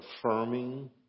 affirming